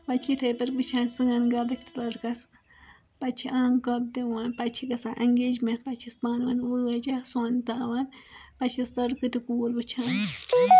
وَنہِ چھ اِتھے پٲٹھۍ وُچھان سٲنۍ گَرکۍ لٔڑکَس پَتہ چھ آنکار دِوان پَتہٕ چھ گَژھان انگیجمیٚنٹ پَتہٕ چھ پانہٕ ؤنۍ وٲج یا سوٚن تراوان پَتہٕ چھ لٔڑکہٕ تہٕ کور وُچھان